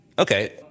Okay